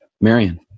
Marion